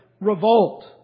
revolt